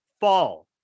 Fall